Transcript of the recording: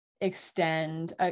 extend